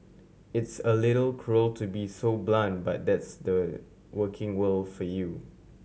it's a little cruel to be so blunt but that's the working world for you